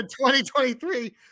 2023